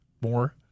more